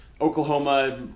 Oklahoma